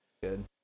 Good